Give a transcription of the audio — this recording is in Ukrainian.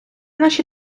наші